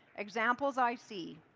examples i see,